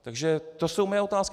Takže to jsou moje otázky.